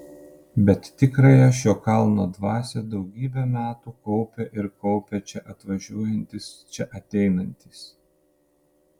bet tikrąją šio kalno dvasią daugybę metų kaupė ir kaupia čia atvažiuojantys čia ateinantys